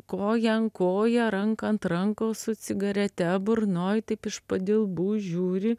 kojąant koją ranką ant rankų su cigarete burnoj taip iš padilbų žiūri